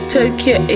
Tokyo